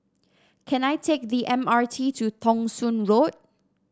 can I take the M R T to Thong Soon Road